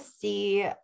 see